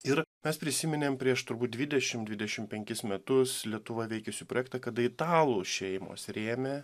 ir mes prisiminėm prieš turbūt dvidešim dvidešim penkis metus lietuvoj veikusį projektą kada italų šeimos rėmė